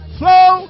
flow